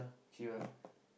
cheap ah